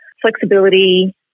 flexibility